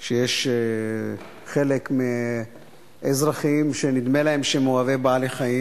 יש מספר ימים מוגבל על טובין מסוימים,